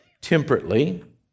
temperately